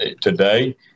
today